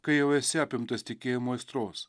kai jau esi apimtas tikėjimo aistros